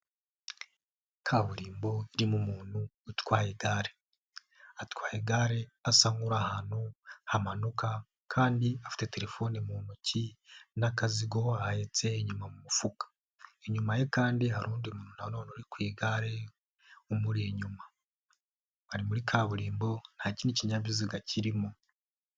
Kaburimbo irimo umuntu utwaye igare. Atwaye igare asa nk'uri ahantu hamanuka kandi afite telefone mu ntoki n'akazigo ahahetse inyuma mu mufuka. Inyuma ye kandi hari undi muntu none uri ku igare umuri inyuma, ari muri kaburimbo nta kindi kinyabiziga kirimo.